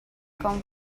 come